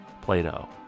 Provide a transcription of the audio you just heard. Plato